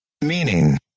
Meaning